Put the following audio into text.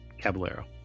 Caballero